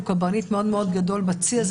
הוא קברניט מאוד מאוד גדול בצי הזה